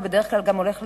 ובדרך כלל גם הולך לאיבוד,